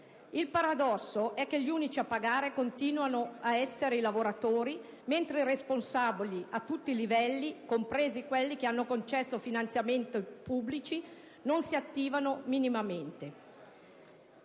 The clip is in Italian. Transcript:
Il paradosso è che gli unici a pagare continuano ad essere i lavoratori, mentre i responsabili a tutti i livelli, compresi quelli che hanno concesso finanziamenti pubblici, non si attivano minimamente.